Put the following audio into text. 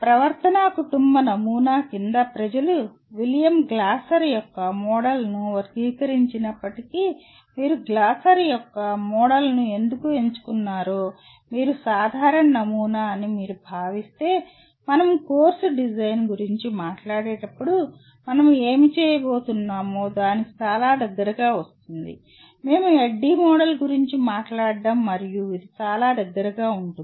ప్రవర్తనా కుటుంబ నమూనా కింద ప్రజలు విలియం గ్లాసర్ యొక్క మోడల్ను వర్గీకరించినప్పటికీ మీరు గ్లాసర్ యొక్క మోడల్ను ఎందుకు ఎంచుకున్నారో మీరు సాధారణ నమూనా అని మీరు భావిస్తే మనం కోర్సు డిజైన్ గురించి మాట్లాడేటప్పుడు మనం ఏమి చేయబోతున్నామో దానికి చాలా దగ్గరగా వస్తుంది మేము ADDIE మోడల్ గురించి మాట్లాడటం మరియు ఇది చాలా దగ్గరగా ఉంటుంది